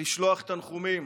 לשלוח תנחומים